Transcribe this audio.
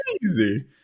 crazy